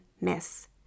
miss